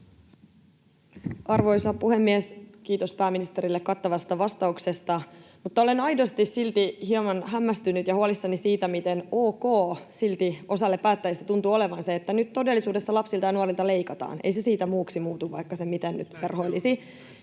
Arvoisa puhemies! Kiitos pääministerille kattavasta vastauksesta, mutta olen aidosti silti hieman hämmästynyt ja huolissani siitä, miten ok silti osalle päättäjistä tuntuu olevan se, että nyt todellisuudessa lapsilta ja nuorilta leikataan. Ei se siitä muuksi muutu, vaikka sen miten nyt verhoilisi.